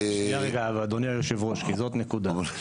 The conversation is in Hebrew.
שנייה רגע אדוני היו"ר, כי זאת נקודה.